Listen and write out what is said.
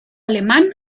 alemán